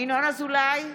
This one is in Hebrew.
ינון אזולאי,